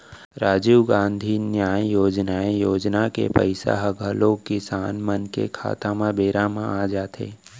राजीव गांधी न्याय योजनाए योजना के पइसा ह घलौ किसान मन के खाता म बेरा म आ जाथे